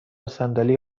صندلی